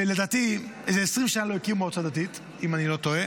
ולדעתי איזה 20 שנה לא הקימו מועצה דתית אם אני לא טועה,